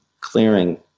clearing